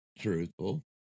truthful